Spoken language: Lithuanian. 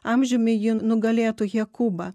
amžiumi ji nugalėtų jakubą